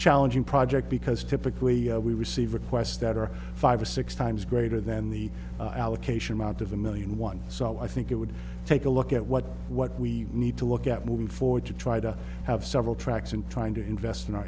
challenging project because typically we receive requests that are five or six times greater than the allocation out of a million one so i think it would take a look at what what we need to look at moving forward to try to have several tracks and trying to invest in our